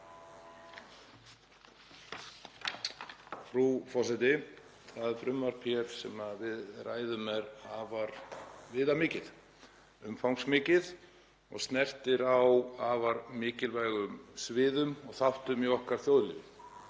Frú forseti. Það frumvarp sem við ræðum er afar viðamikið og umfangsmikið og snertir á afar mikilvægum sviðum og þáttum í okkar þjóðlífi.